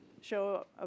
show